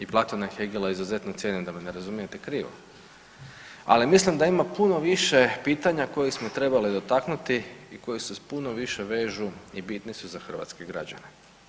I Platona i Hegela izuzetno cijenim da me n e razumijete krivo, ali mislim da ima puno više pitanja koje smo trebali dotaknuti i koji se puno više vežu i bitni su za hrvatske građane.